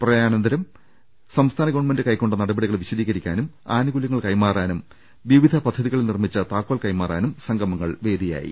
പ്രളയാന ന്തരം സംസ്ഥാന ഗവൺമെന്റ് കൈക്കൊണ്ട നടപടികൾ വിശദീകരിക്കാനും ആനുകൂല്യങ്ങൾ കൈമാറാനും വിവിധ പദ്ധതികളിൽ നിർമ്മിച്ച താക്കോൽ കൈമാറാനും സംഗമ ങ്ങൾ വേദിയായി